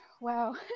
Wow